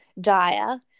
dire